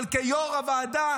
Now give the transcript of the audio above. אבל כיו"ר הוועדה